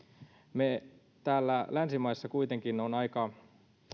me täällä länsimaissa kuitenkin olemme aika